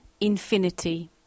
infinity